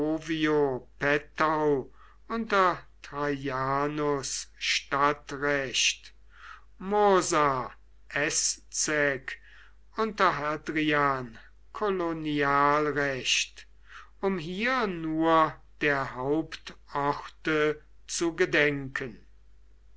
unter traianus stadtrecht mursa eszeg unter hadrian kolonialrecht um hier nur der hauptorte zu gedenken